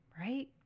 Right